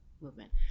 movement